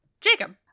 jacob